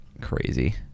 crazy